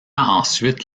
ensuite